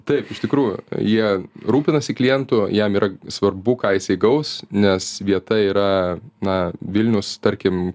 taip iš tikrųjų jie rūpinasi klientu jam yra svarbu ką jisai gaus nes vieta yra na vilnius tarkim